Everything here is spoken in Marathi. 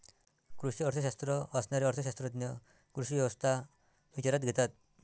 कृषी अर्थशास्त्र वाचणारे अर्थ शास्त्रज्ञ कृषी व्यवस्था विचारात घेतात